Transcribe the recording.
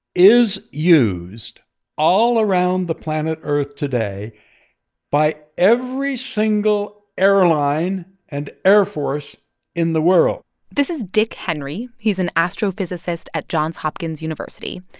is used all around the planet earth today by every single airline and air force in the world this is dick henry. he's an astrophysicist at johns hopkins university.